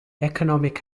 economic